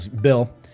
Bill